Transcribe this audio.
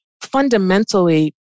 fundamentally